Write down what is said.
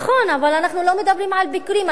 נכון, אבל אנחנו לא מדברים על ביקורים.